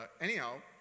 anyhow